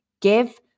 Give